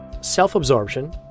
self-absorption